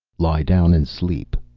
lie down and sleep.